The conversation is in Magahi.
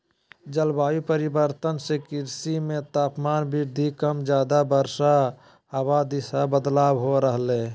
जलवायु परिवर्तन से कृषि मे तापमान वृद्धि कम ज्यादा वर्षा हवा दिशा बदलाव हो रहले